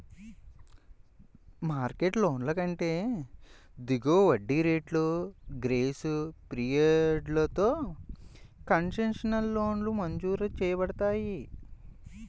market లోన్ల కంటే దిగువ వడ్డీ రేట్లు, గ్రేస్ పీరియడ్లతో కన్సెషనల్ లోన్లు మంజూరు చేయబడతాయి